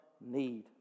need